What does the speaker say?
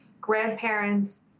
grandparents